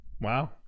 Wow